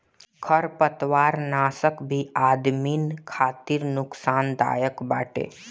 खरपतवारनाशक भी आदमिन खातिर नुकसानदायक बाटे